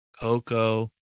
Coco